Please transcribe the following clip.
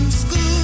school